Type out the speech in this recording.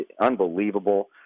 unbelievable